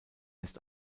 ist